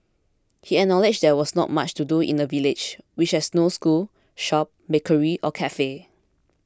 he acknowledged there was not much to do in the village which has no school shop bakery or cafe